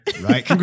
right